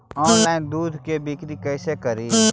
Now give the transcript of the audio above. Online दुध के बिक्री कैसे करि?